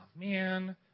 man